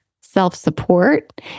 self-support